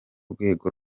rwego